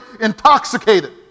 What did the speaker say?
intoxicated